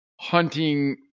hunting